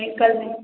ankle